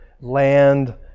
land